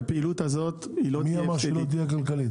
שהפעילות הזאת לא תהיה --- מי אמר שהיא לא תהיה כלכלית?